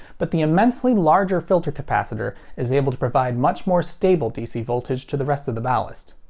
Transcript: but the immensely larger filter capacitor is able to provide much more stable dc voltage to the rest of the ballast.